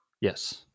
Yes